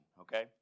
okay